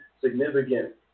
significant